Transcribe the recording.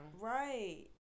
Right